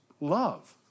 love